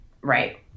Right